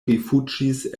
rifuĝis